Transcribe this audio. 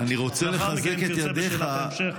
אם תרצה, אחר כך בשאלת המשך.